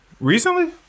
Recently